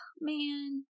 man